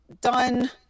done